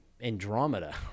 Andromeda